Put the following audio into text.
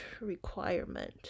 requirement